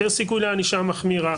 יותר סיכוי לענישה מחמירה.